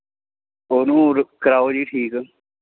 ਉਹਨੂੰ ਕਰਾਓ ਜੀ ਠੀਕ